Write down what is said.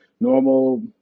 normal